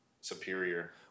superior